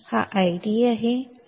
हा आहे ID